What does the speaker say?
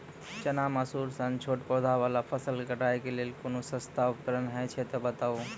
चना, मसूर सन छोट पौधा वाला फसल कटाई के लेल कूनू सस्ता उपकरण हे छै तऽ बताऊ?